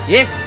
Yes